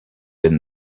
been